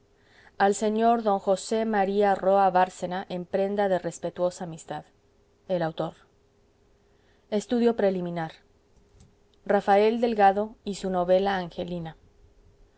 al sr d josé m roa bárcena en prenda de respetuosa amistad el autor rafael delgado y su novela angelina